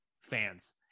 fans